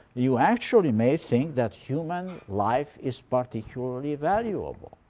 you actually may think that human life is particularly valuable.